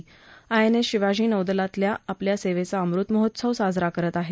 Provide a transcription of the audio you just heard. INS Shivaji नौदलातल्या आपल्या सेवेचा अमृत महोत्सव साजरा करत आहे